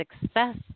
success